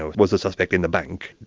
was the suspect in the bank?